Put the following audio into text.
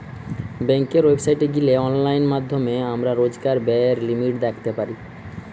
বেংকের ওয়েবসাইটে গিলে অনলাইন মাধ্যমে আমরা রোজকার ব্যায়ের লিমিট দ্যাখতে পারি